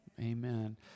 Amen